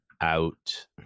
out